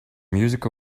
music